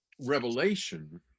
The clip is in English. Revelation